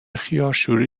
خیارشور